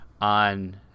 on